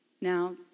Now